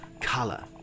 color